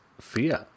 fear